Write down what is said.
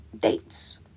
dates